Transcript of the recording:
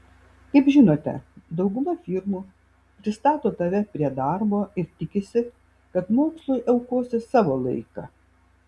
kaip žinote dauguma firmų pristato tave prie darbo ir tikisi kad mokslui aukosi savo laiką